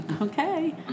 Okay